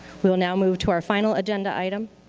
we will now move to our final agenda item.